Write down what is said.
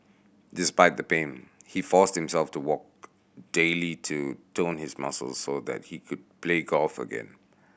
despite the pain he forced himself to walk daily to tone his muscles so that he could play golf again